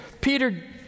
Peter